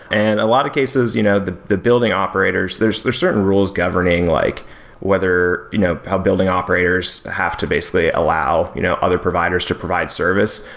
and a lot of cases, you know the the building operators, there's there's certain rules governing like whether you know how building operators have to basically allow you know other providers to provide service,